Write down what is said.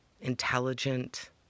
intelligent